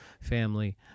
family